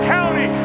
County